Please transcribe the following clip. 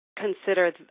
consider